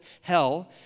hell